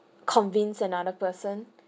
convince another person